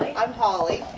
i'm holly.